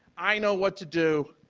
i know what to do.